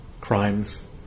crimes